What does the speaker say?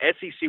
SEC